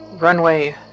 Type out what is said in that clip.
Runway